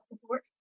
support